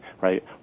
right